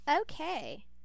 Okay